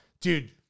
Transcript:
Dude